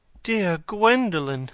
dear gwendolen